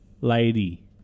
Lady